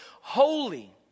holy